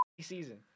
season